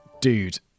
Dude